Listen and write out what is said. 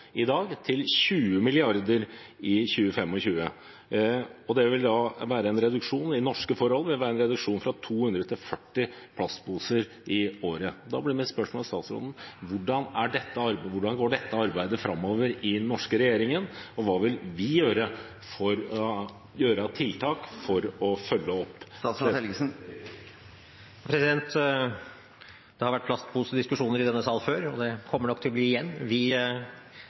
i dag til 20 milliarder i 2025. Det vil i norske forhold være en reduksjon fra 200 til 40 plastposer i året per innbygger. Da blir mitt spørsmål til statsråden: Hvordan går dette arbeidet framover i den norske regjeringen, og hva vil vi gjøre av tiltak for å følge opp dette direktivet? Det har vært plastposediskusjoner i denne salen før, og det kommer det nok til å bli igjen. Vi